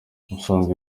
ubusanzwe